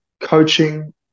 coaching